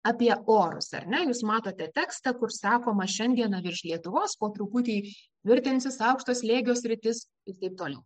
apie orus ar ne jūs matote tekstą kur sakoma šiandieną virš lietuvos po truputį tvirtinsis aukšto slėgio sritis ir taip toliau